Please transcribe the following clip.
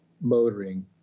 motoring